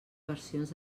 versions